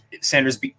Sanders